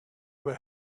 were